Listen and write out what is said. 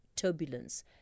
Turbulence